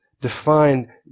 define